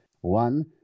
One